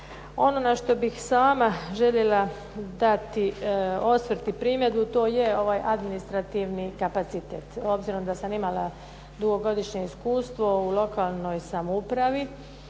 Ono na što bih sama željela dati osvrt i primjedbu, to je ovaj administrativni kapacitet. Obzirom da sam imala dugogodišnje iskustvo u lokalnoj samoupravi,